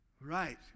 Right